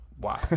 Wow